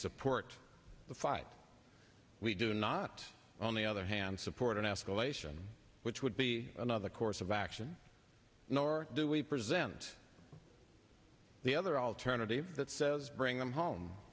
support the fight we do not on the other hand support an escalation which would be another course of action nor do we present the other alternative that says bring them home